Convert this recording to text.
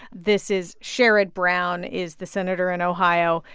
this is sherrod brown is the senator in ohio.